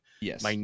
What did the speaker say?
Yes